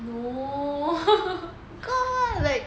no